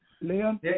Leon